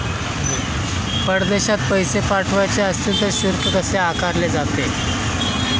परदेशात पैसे पाठवायचे असतील तर शुल्क कसे आकारले जाते?